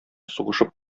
сугышып